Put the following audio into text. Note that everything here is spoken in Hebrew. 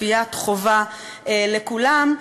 צפיית חובה לכולם,